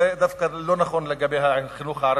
זה דווקא לא נכון לגבי החינוך הערבי,